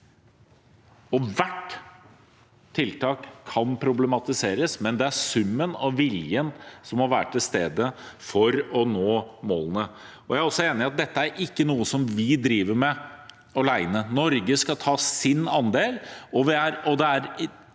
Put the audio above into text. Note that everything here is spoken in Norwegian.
Hvert tiltak kan problematiseres, men det er summen og viljen som må være til stede for å nå målene. Jeg er også enig i at dette ikke er noe som vi driver med alene. Norge skal ta sin andel, og det er